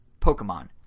Pokemon